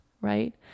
right